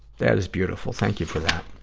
that is beautiful. thank you for that.